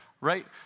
right